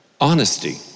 honesty